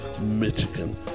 Michigan